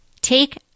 Take